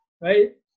right